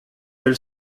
elle